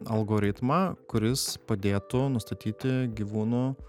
algoritmą kuris padėtų nustatyti gyvūnų